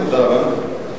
תודה רבה.